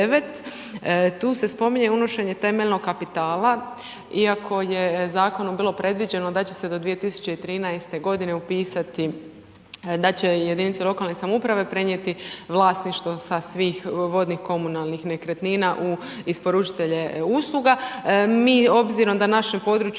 tu se spominje unošenje temeljnog kapitala. Iako je zakonom bilo predviđeno da će se do 2013. godine upisati, da će jedinice lokalne samouprave prenijeti vlasništvo sa svih vodnih komunalnih nekretnina u isporučitelje usluga. Mi, obzirom da našem području